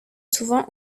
souvent